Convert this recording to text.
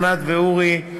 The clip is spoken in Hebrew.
ענת ואורי.